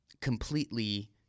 completely